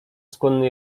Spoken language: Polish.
skłonny